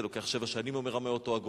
דיבר חבר הכנסת חמד עמאר על המעורבות,